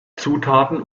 zutaten